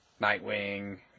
Nightwing